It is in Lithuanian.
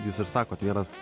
jūs ir sakot vienas